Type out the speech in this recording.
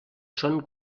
són